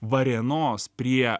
varėnos prie